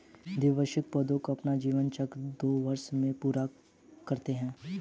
द्विवार्षिक पौधे अपना जीवन चक्र दो वर्ष में पूरा करते है